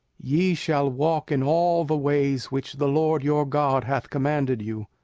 ye shall walk in all the ways which the lord your god hath commanded you,